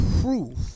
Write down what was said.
Proof